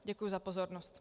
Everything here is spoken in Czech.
Děkuji za pozornost.